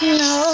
no